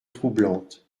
troublante